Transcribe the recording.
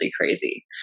crazy